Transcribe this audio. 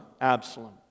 Absalom